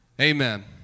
Amen